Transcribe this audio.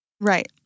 Right